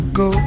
go